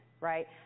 right